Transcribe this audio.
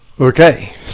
Okay